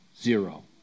zero